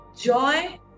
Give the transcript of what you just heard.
Joy